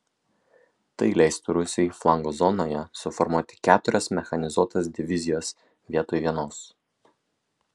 tai leistų rusijai flango zonoje suformuoti keturias mechanizuotas divizijas vietoj vienos